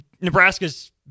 Nebraska's